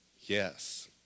Yes